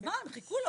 אז מה, הם חיכו לו.